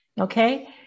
okay